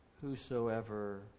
whosoever